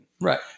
Right